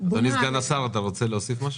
אדוני סגן השר, אתה רוצה להוסיף משהו?